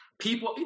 People